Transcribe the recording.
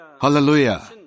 Hallelujah